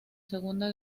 segunda